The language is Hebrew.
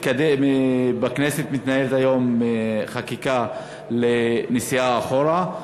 בכנסת מתנהלת היום חקיקה לגבי נסיעה אחורה.